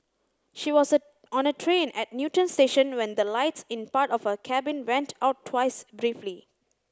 she was on a train at Newton station when the lights in part of her cabin went out twice briefly